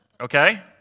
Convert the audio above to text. okay